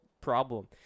problem